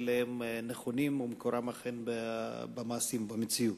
הם נכונים ומקורם אכן במעשים במציאות.